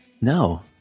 No